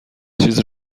چیز